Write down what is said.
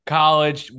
college